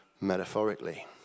metaphorically